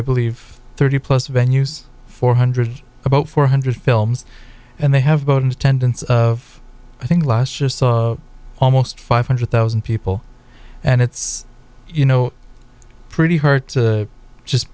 i believe thirty plus venues four hundred about four hundred films and they have both attendance of i think last year saw almost five hundred thousand people and it's you know pretty hard to just